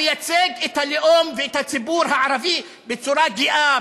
המייצג את הלאום ואת הציבור הערבי בצורה גאה,